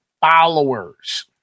followers